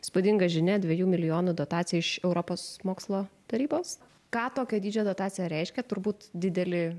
įspūdinga žinia dviejų milijonų dotacija iš europos mokslo tarybos ką tokio dydžio dotacija reiškia turbūt didelį